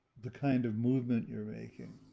the kind of movement you're making,